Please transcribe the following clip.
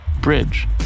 Bridge